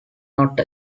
not